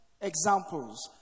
examples